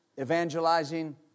evangelizing